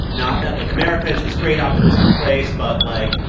not that, like, america is this great, optimistic place, but, like,